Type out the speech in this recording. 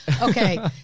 Okay